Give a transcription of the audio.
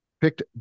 picked